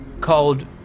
called